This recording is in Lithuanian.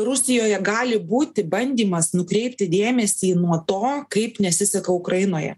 rusijoje gali būti bandymas nukreipti dėmesį nuo to kaip nesiseka ukrainoje